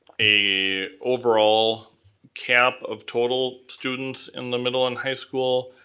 a overall cap of total students in the middle and high school,